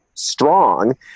strong